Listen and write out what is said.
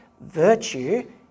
virtue